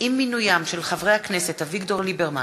ענת ברקו, מרדכי יוגב, דב חנין,